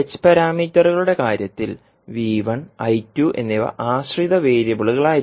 h പരാമീറ്ററുകളുടെ കാര്യത്തിൽ എന്നിവ ആശ്രിത വേരിയബിളുകളായിരുന്നു